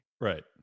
Right